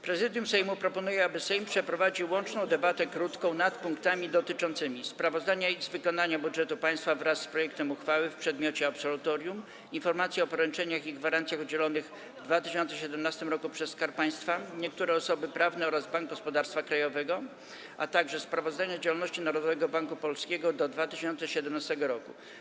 Prezydium Sejmu proponuje, aby Sejm przeprowadził łączną debatę krótką nad punktami dotyczącymi: - sprawozdania z wykonania budżetu państwa wraz z projektem uchwały w przedmiocie absolutorium, - „Informacji o poręczeniach i gwarancjach udzielonych w 2017 roku przez Skarb Państwa, niektóre osoby prawne oraz Bank Gospodarstwa Krajowego”, - sprawozdania z działalności Narodowego Banku Polskiego w 2017 r.